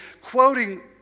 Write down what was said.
quoting